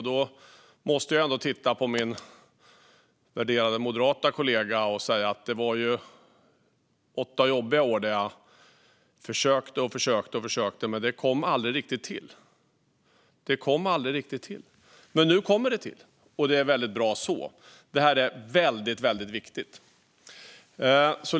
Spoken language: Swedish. Jag måste då titta på min värderade moderata kollega här och säga att det var åtta jobbiga år då jag försökte och försökte, men det kom aldrig riktigt till. Men nu kommer det till, och det är väldigt bra så. Det här är väldigt viktigt.